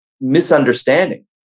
misunderstanding